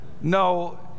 no